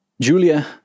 Julia